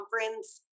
conference